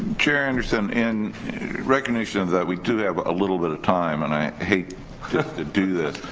chair anderson in recognition of that we do have a little bit of time and i hate to do this,